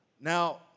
Now